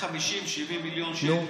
70-50 מיליון שקל.